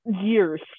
years